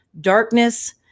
Darkness